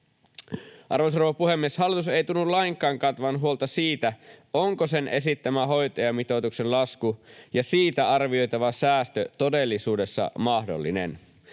Arvoisa rouva puhemies! Hallitus ei tunnu lainkaan kantavan huolta siitä, onko sen esittämä hoitajamitoituksen lasku ja siitä arvioitava säästö todellisuudessa mahdollinen.